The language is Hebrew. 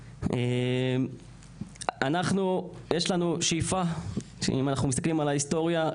אנחנו יש לנו שאיפה שאם אנחנו מסתכלים על ההיסטוריה,